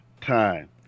time